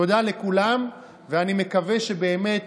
תודה לכולם, ואני מקווה שבאמת